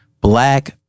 Black